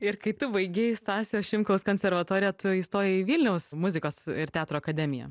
ir kai tu baigei stasio šimkaus konservatoriją tu įstojai į vilniaus muzikos ir teatro akademiją